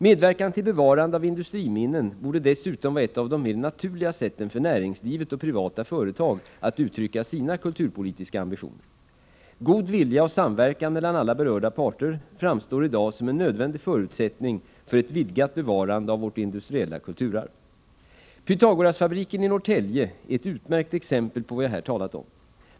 Medverkan till bevarande av industriminnen borde dessutom vara ett av de mer naturliga — Nr 109 sätten för näringslivet och privata företag att uttrycka sina kulturpolitiska Torsdagen den ambitioner. God vilja och samverkan mellan alla berörda parter framstår i 28 mars 1985 dag som en nödvändig förutsättning för ett vidgat bevarande av vårt industriella kulturarv. Om bevarande av Pythagorasfabriken i Norrtälje är ett utmärkt exempel på vad jag här talat Pythagorasom.